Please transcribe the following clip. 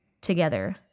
together